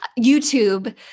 YouTube